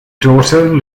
daughter